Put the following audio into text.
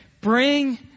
bring